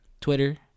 Twitter